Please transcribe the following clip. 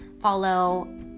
follow